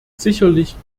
sicherlich